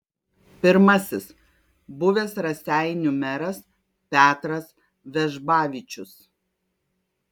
pirmasis buvęs raseinių meras petras vežbavičius